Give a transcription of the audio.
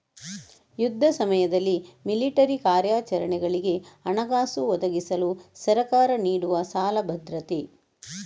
ಯುದ್ಧ ಸಮಯದಲ್ಲಿ ಮಿಲಿಟರಿ ಕಾರ್ಯಾಚರಣೆಗಳಿಗೆ ಹಣಕಾಸು ಒದಗಿಸಲು ಸರ್ಕಾರ ನೀಡುವ ಸಾಲ ಭದ್ರತೆ